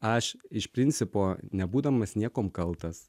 aš iš principo nebūdamas niekuom kaltas